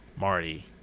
marty